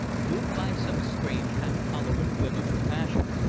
moved by some strange, half-tolerant whim of compassion,